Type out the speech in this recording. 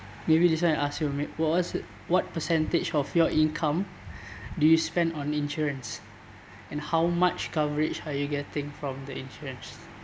maybe this one I ask you m~ what's what percentage of your income do you spend on insurance and how much coverage are you getting from the insurance